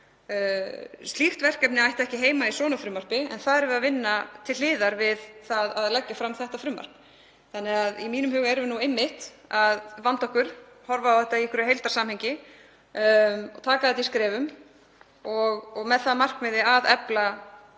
Slíkt verkefni ætti ekki heima í svona frumvarpi en það erum við að vinna til hliðar við að leggja frumvarpið fram. Þannig að í mínum huga erum við einmitt að vanda okkur, horfa á þetta í einhverju heildarsamhengi og taka þetta í skrefum með það að markmiði að efla